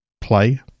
play